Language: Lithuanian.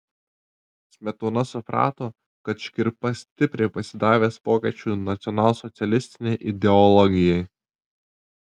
smetona suprato kad škirpa stipriai pasidavęs vokiečių nacionalsocialistinei ideologijai